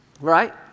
Right